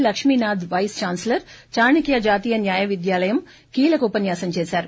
Lakshminath vice chancellor Chanakya జాతీయ న్యాయ విద్యాలయం కీలక ఉపన్యాసం చేశారు